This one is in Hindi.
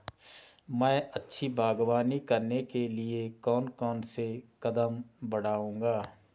मैं अच्छी बागवानी करने के लिए कौन कौन से कदम बढ़ाऊंगा?